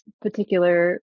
particular